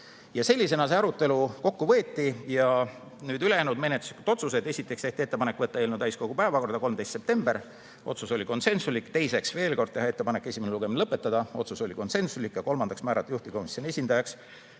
Sellisena see arutelu kokku võeti. Ja nüüd ülejäänud menetluslikud otsused. Esiteks tehti ettepanek võtta eelnõu täiskogu päevakorda 13. septembriks (otsus oli konsensuslik), teiseks tehti ettepanek esimene lugemine lõpetada (otsus oli konsensuslik) ja kolmandaks määrati juhtivkomisjoni esindajaks